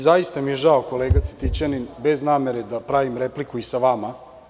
Zaista mi je žao, kolega Cvetićanin, bez namere da pravim repliku sa vama.